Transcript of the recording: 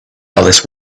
alice